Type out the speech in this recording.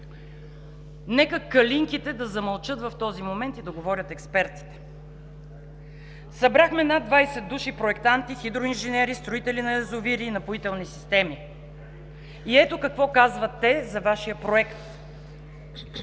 Нека „калинките“ да замълчат в този момент и да говорят експертите. Събрахме над 20 души проектанти, хидроинженери, строители на язовири и напоителни системи. Ето какво казват те за Вашия проект.